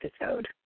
episode